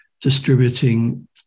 distributing